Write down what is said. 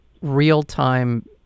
real-time